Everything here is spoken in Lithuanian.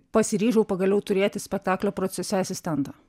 pasiryžau pagaliau turėti spektaklio procese asistentą